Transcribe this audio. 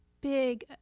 big